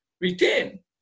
retain